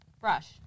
Brush